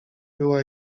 była